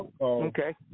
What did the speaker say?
Okay